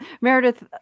Meredith